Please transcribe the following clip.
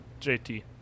JT